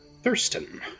Thurston